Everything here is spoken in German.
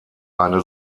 eine